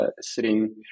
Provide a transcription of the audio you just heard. sitting